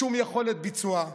שום יכולת ביצוע.